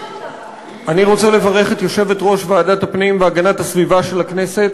אני רוצה לברך את יושבת-ראש ועדת הפנים והגנת הסביבה של הכנסת,